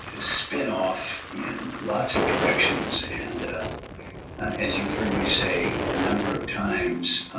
spin off in lots of directions. and as you've heard me say ah number of times,